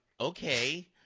okay